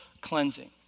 cleansing